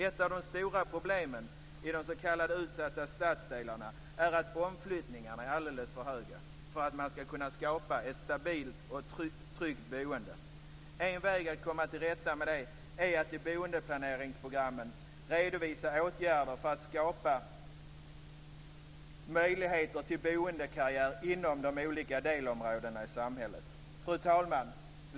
Ett av de stora problemen i de s.k. utsatta stadsdelarna är att omflyttningen är alldeles för hög för att man skall kunna skapa ett stabilt och tryggt boende. En väg att komma till rätta med detta är att i boendeplaneringsprogrammen redovisa åtgärder för att skapa möjligheter till boendekarriär inom samhällets olika delområden. Fru talman!